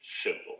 simple